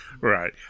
Right